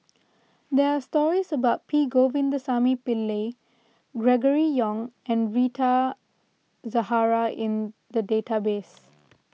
there are stories about P Govindasamy Pillai Gregory Yong and Rita Zahara in the database